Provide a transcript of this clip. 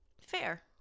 Fair